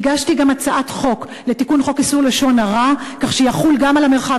הגשתי גם הצעת חוק לתיקון חוק איסור לשון הרע כך שיחול גם על המרחב